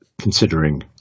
considering